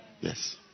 Yes